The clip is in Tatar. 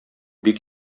бик